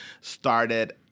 started